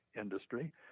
industry